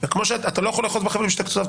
אתה לא יכול לאחוז בחבל משני קצותיו,